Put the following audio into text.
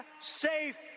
safe